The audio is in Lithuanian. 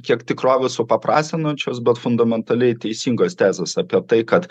kiek tikrovę supaprastinančios bet fundamentaliai teisingos tezės apie tai kad